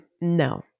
no